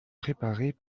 préparées